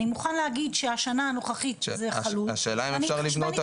אני מוכן להגיד שהשנה הנוכחית זה חלוט --- השאלה עם אפשר לשלוט על זה,